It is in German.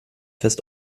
fest